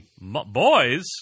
boys